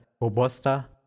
Robusta